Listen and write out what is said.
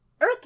Earth